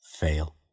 Fail